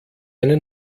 eine